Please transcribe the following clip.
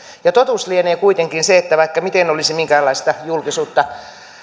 ja totuus lienee kuitenkin se että vaikka miten olisi minkäkinlaista julkisuutta